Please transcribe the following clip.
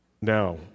Now